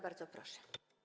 Bardzo proszę.